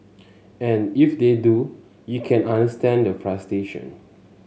and if they do you can understand the frustration